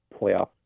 playoff